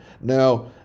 Now